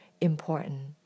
important